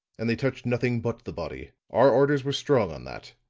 and they touched nothing but the body. our orders were strong on that.